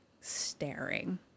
staring